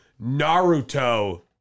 Naruto